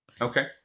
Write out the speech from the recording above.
Okay